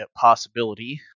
possibility